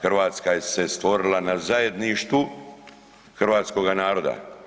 Hrvatska se stvorila na zajedništvu hrvatskoga naroda.